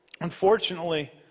unfortunately